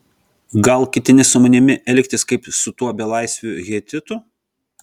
gal ketini su manimi elgtis kaip su tuo belaisviu hetitu